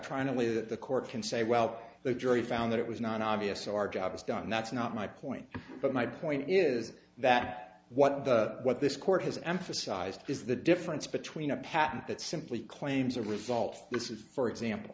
that the court can say well the jury found that it was not obvious our job was done and that's not my point but my point is that what the what this court has emphasized is the difference between a patent that simply claims a result this is for example